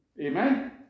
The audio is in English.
Amen